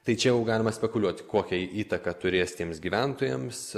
tai čia jau galima spekuliuoti kokią įtaką turės tiems gyventojams